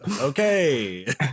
Okay